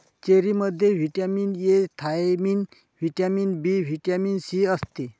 चेरीमध्ये vitamin A, thiamine, vitamin B, vitamin C असते